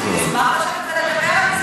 מה זה, אני אשמח לשבת ולדבר על זה.